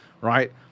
Right